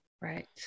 Right